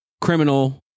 criminal